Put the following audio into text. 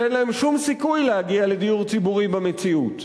שאין להם שום סיכוי להגיע לדיור ציבורי במציאות.